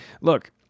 look